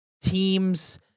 teams